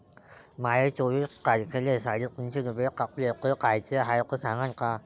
माये चोवीस तारखेले साडेतीनशे रूपे कापले, ते कायचे हाय ते सांगान का?